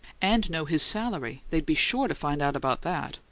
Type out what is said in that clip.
and know his salary! they'd be sure to find out about that!